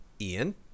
Ian